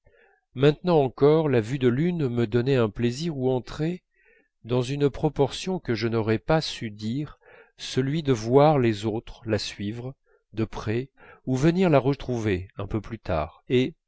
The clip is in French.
maintenant encore la vue de l'une me donnait un plaisir où entrait dans une proportion que je n'aurais pas su dire de voir les autres la suivre plus tard et